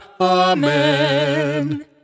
Amen